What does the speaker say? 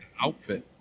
outfit